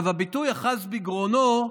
הביטוי "אחז בגרונו"